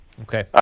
Okay